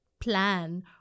plan